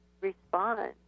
respond